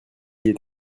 est